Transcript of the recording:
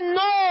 no